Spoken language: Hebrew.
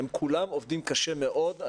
ברור שכולם עובדים קשה מאוד,